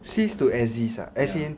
cease to exist ah as in